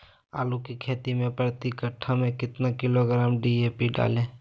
आलू की खेती मे प्रति कट्ठा में कितना किलोग्राम डी.ए.पी डाले?